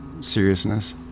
seriousness